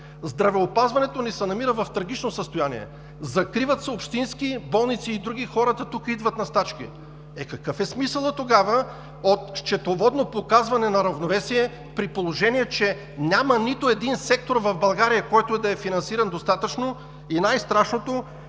Здравеопазването ни се намира в трагично състояние. Закриват се общински и други болници, хората тук идват на стачки. Е, какъв е смисълът тогава от счетоводно показване на равновесие, при положение че няма нито един сектор в България, който да е финансиран достатъчно и най-страшното,